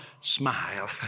smile